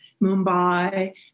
Mumbai